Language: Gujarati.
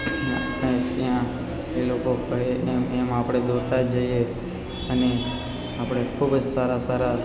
અને આપણે ત્યાં એ લોકો કહે એમ એમ આપણે દોરતા જઈએ અને આપણે ખૂબ જ સારા સારા